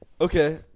Okay